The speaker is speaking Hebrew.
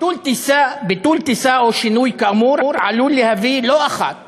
ביטול טיסה או שינוי כאמור עלול להביא לא אחת